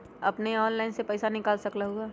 अपने ऑनलाइन से पईसा निकाल सकलहु ह?